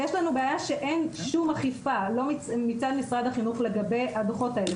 יש לנו בעיה שאין שום אכיפה של משרד החינוך לגבי הדוחות האלה.